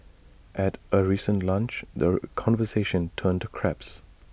at A recent lunch the conversation turned to crabs